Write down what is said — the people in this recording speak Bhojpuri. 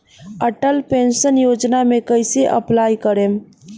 अटल पेंशन योजना मे कैसे अप्लाई करेम?